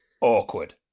awkward